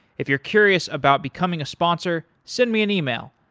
if you're curious about becoming a sponsor, send me an email,